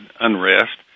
unrest